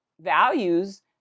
values